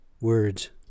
words